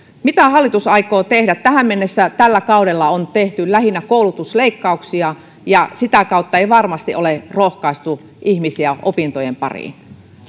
mitä hallitus aikoo tehdä tähän mennessä tällä kaudella on tehty lähinnä koulutusleikkauksia ja sitä kautta ei varmasti ole rohkaistu ihmisiä opintojen pariin